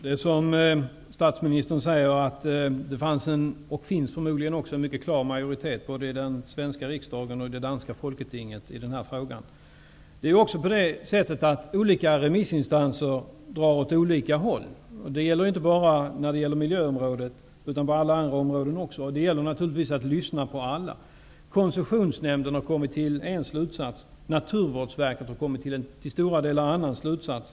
Fru talman! Som statsministern sade fanns det och finns förmodligen också en mycket klar majoritet både i den svenska riksdagen och i det danska folketinget i den här frågan. Det är också så att olika remissinstanser drar åt olika håll. Det gäller inte bara på miljöområdet utan även på alla andra områden. Man måste naturligtvis lyssna på alla. Koncessionsnämnden har kommit till en slutsats, och Naturvårdsverket har i stora delar kommit till en annan slutsats.